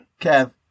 Kev